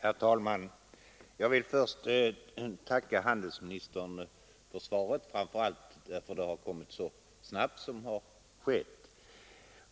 Herr talman! Jag vill först tacka handelsministern för svaret och framför allt för att det kommit så snabbt.